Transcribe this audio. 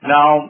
Now